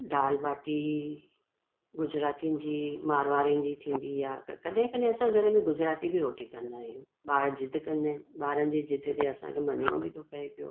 दालि भाटी गुजरातियुनि जी मारवारियुनि जी थींदी आहे त कॾहिं कॾहिं असां घर में गुजराती बि रोटी कंदा आहियूं ॿार ज़िद कंदा आहिनि ॿारनि जी ज़िद ते असांखे मञिणो बि थो पए पियो